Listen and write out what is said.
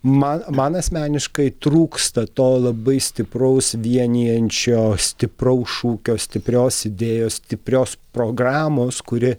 man man asmeniškai trūksta to labai stipraus vienijančio stipraus šūkio stiprios idėjos stiprios programos kuri